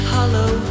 hollow